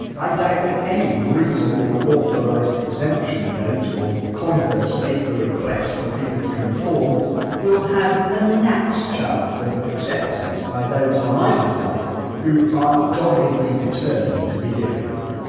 i doubt that any reasonable authorised exemption note or conversely a request for people to conform will have a gnat's chance of acceptance by those on either side who are doggedly determined to be difficult.